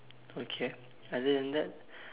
okay other than that